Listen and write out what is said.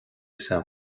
san